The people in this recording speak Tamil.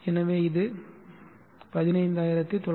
எனவே இது15906